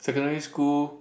secondary school